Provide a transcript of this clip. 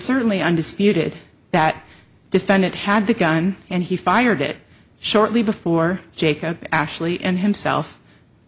certainly undisputed that defendant had the gun and he fired it shortly before jacob ashley and himself